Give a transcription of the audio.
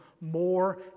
more